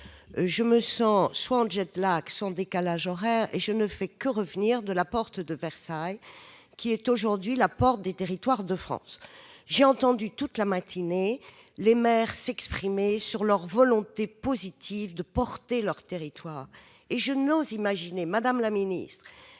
je me sens soit en, soit en décalage horaire. Or je ne fais que revenir de la porte de Versailles, qui est aujourd'hui la porte des territoires de France. J'ai entendu toute la matinée les maires s'exprimer sur leur volonté positive de porter leur territoire. Et je n'ose imaginer, madame la secrétaire